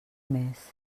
més